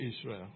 Israel